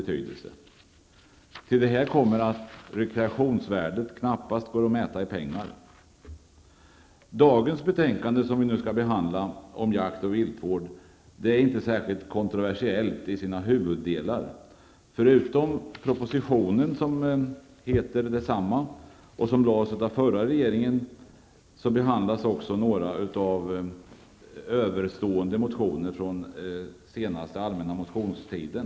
Till detta kommer att rekreationsvärdet knappast går att mäta i pengar. Det betänkande om jakt och viltvård som vi skall behandla i dag är inte särskilt kontroversiellt i sina huvuddelar. Förutom propositionen med samma benämning som lades fram av den förra regeringen, behandlas också några överstående motioner från allmänna motionstiden.